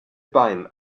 bein